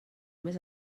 més